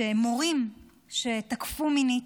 הוא שמורים שתקפו מינית,